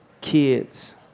kids